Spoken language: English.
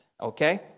okay